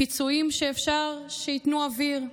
פיצויים שאפשר שייתנו אוויר,